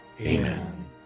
Amen